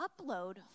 upload